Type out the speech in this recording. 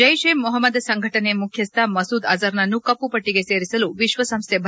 ಜೈಷ್ ಎ ಮೊಹಮ್ಮದ್ ಸಂಘಟನೆ ಮುಖ್ಯಸ್ಥ ಮಸೂದ್ ಅಜರ್ನನ್ನು ಕಪ್ಪುಪಟ್ಟಿಗೆ ಸೇರಿಸಲು ವಿಶ್ಲಸಂಸ್ನೆ ು